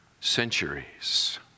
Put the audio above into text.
centuries